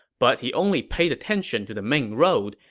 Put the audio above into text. but he only paid attention to the main road,